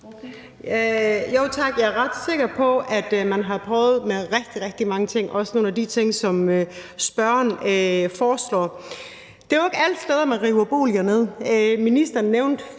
Tak. Jeg er ret sikker på, at man har prøvet med rigtig, rigtig mange ting, også nogle af de ting, som spørgeren foreslår. Det er jo ikke alle steder, man river boliger ned. Ministeren nævnte